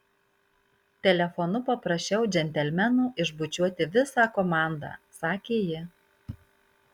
telefonu paprašiau džentelmeno išbučiuoti visą komandą sakė ji